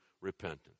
repentance